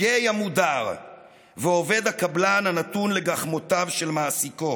הגיי המודר ועובד הקבלן הנתון לגחמותיו של מעסיקו,